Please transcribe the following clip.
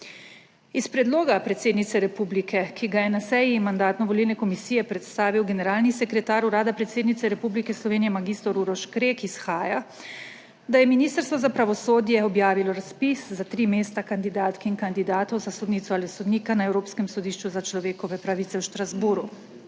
Iz predloga predsednice Republike, ki ga je na seji Mandatno-volilne komisije predstavil generalni sekretar Urada predsednice Republike Slovenije mag. Uroš Krek, izhaja, da je Ministrstvo za pravosodje objavilo razpis za tri mesta kandidatk in kandidatov za sodnico ali sodnika na Evropskem sodišču za človekove pravice v Strasbourgu.